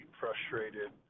frustrated